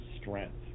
strength